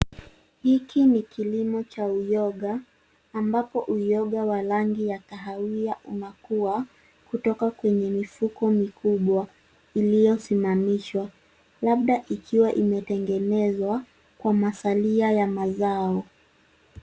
Hiki ni kilimo cha uyoga, ambapo uyoga wa rangi ya kahawia unakua kutoka kwenye mifuko mikubwa iliyosimamishwa labda ikiwa imetengenezwa kwa masalia ya mazao.